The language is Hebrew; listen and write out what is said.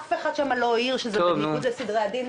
אף אחד שם לא העיר שזה בניגוד לסדרי הדין.